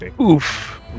Oof